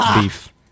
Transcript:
Beef